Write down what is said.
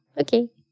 Okay